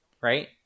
right